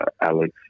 Alex